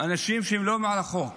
אנשים שהם לא מעל החוק.